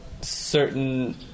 certain